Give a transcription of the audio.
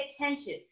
attention